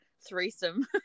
threesome